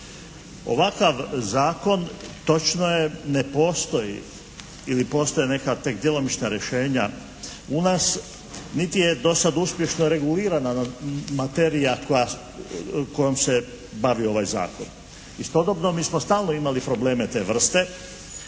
Ovakav zakon točno je, ne postoji ili postoje neka tek djelomična rješenja u nas, niti je do sada uspješno regulirana materija kojom se bavi ovaj zakon. Istodobno mi smo stalno imali probleme te vrste